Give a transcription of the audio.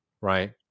Right